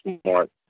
smart